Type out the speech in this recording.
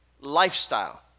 lifestyle